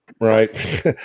Right